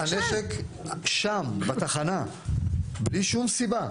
הנשק בתחנה בלי שום סיבה.